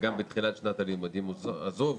וגם בתחילת שנת הלימודים הזו,